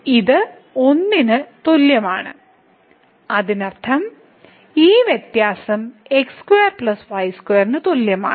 ഇത് 1 ന് തുല്യമാണ് അതിനർത്ഥം ഈ വ്യത്യാസം x2 y2 ന് തുല്യമാണ്